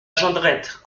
jondrette